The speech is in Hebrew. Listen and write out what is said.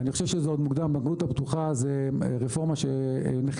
אני חושב שזה עוד מוקדם.